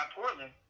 Portland